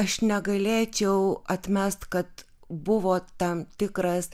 aš negalėčiau atmest kad buvo tam tikras